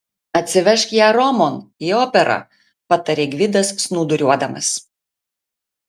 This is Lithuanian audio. atsivežk ją romon į operą patarė gvidas snūduriuodamas